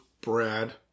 Brad